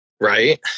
Right